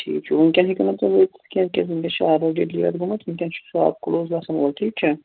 ٹھیٖک چھُ وُنکیٚن ہیٚکِو نہٕ تُہۍ یِتھٕ کٔنۍ وُنکیٚس چھُ آل ریڈی لیٚٹ گوٚمُت وُنکیٚن چھُ شاپ کُلوٗز گژھن وول ٹھیٖک چھا